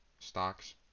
stocks